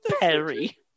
Perry